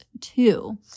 two